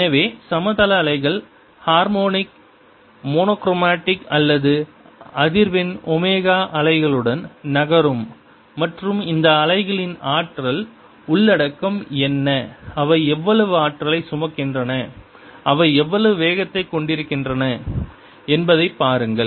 எனவே சமதள அலைகள் ஹார்மோனிக் மோனோக்ரோமடிக் அல்லது அதிர்வெண் ஒமேகா அலைகளுடன் நகரும் மற்றும் இந்த அலைகளின் ஆற்றல் உள்ளடக்கம் என்ன அவை எவ்வளவு ஆற்றலைச் சுமக்கின்றன அவை எவ்வளவு வேகத்தைக் கொண்டிருக்கின்றன என்பதைப் பாருங்கள்